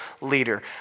leader